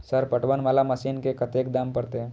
Sir पटवन वाला machine के कतेक दाम परतें?